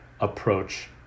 approach